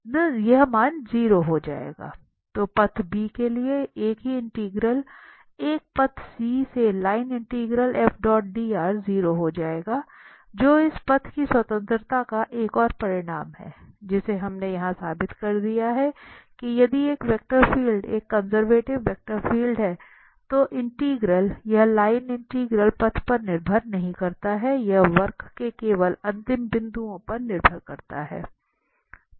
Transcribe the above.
तो बंद पथ के लिए एक ही इंटीग्रल एक बंद पथ C से लाइन इंटीग्रल 0 हो जाएगा जो इस पथ की स्वतंत्रता का एक और परिणाम है जिसे हमने यहां साबित कर दिया है कि यदि एक वेक्टर फील्ड एक कंजर्वेटिव वेक्टर फील्ड है तो इंटीग्रल यह लाइन इंटीग्रल पथ पर निर्भर नहीं करता है यह वक्र के केवल अंतिम बिंदुओं पर निर्भर करता है